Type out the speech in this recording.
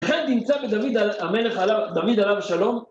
החטא נמצא בדוד המלך עליו, דוד עליו השלום?